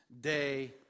Day